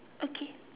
okay